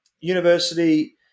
university